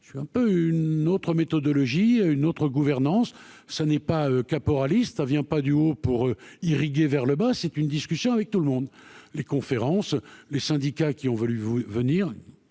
je suis un peu une autre méthodologie à une autre gouvernance, ça n'est pas caporaliste vient pas du haut pour irriguer vers le bas, c'est une discussion avec tout le monde, les conférences, les syndicats qui ont valu vous